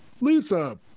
Lisa